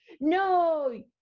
No